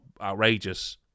outrageous